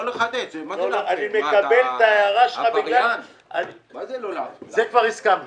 שר העבודה, הרווחה והשירותים